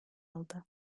aldı